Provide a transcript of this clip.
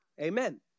Amen